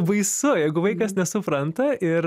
baisu jeigu vaikas nesupranta ir